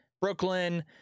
Brooklyn